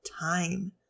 time